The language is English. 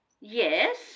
Yes